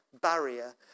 barrier